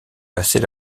passée